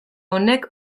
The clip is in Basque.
honek